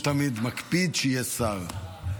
הוא תמיד מקפיד שיהיה שר.